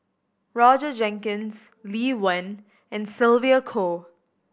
Roger Jenkins Lee Wen and Sylvia Kho